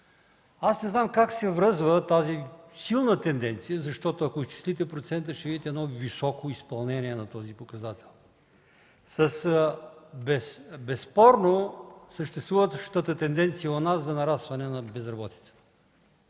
Не знам как се връзва тази силна тенденция, защото, ако изчислите процента, ще видите едно високо изпълнение на този показател, с безспорно съществуващата у нас тенденция на нарастване на безработицата